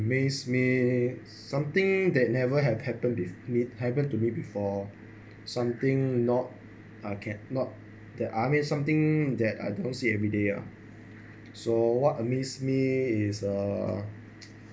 amaze me something that never have happened with me happened to me before something not or can not the I mean something that I don't see everyday ah so what amazes me is uh